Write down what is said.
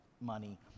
money